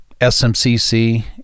SMCC